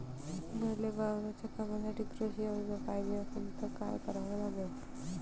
मले वावराच्या कामासाठी कृषी कर्ज पायजे असनं त काय कराव लागन?